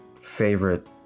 favorite